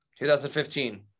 2015